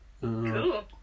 Cool